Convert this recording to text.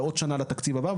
ועוד שנה לתקציב הבא,